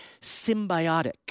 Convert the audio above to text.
symbiotic